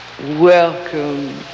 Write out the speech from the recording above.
Welcome